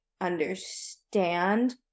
understand